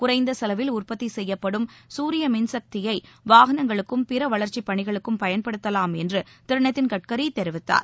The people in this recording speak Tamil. குறைந்த செலவில் உற்பத்தி செய்யப்படும் சூரிய மின்சக்தியை வாகனங்களுக்கும் பிற வளர்ச்சி பணிகளுக்கு பயன்படுத்தலாம் என்று திரு நிதின் கட்கரி தெரிவித்தார்